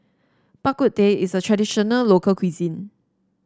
Bak Kut Teh is a traditional local cuisine